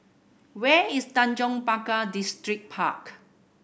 where is Tanjong Pagar Distripark